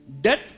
Death